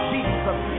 Jesus